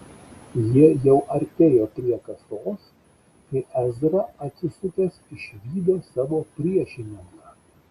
jie jau artėjo prie kasos kai ezra atsisukęs išvydo savo priešininką